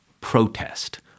protest